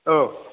औ